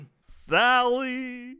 Sally